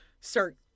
start